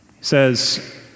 says